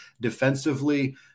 defensively